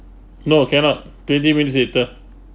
no cannot twenty minutes later